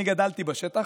אני גדלתי בשטח,